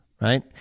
right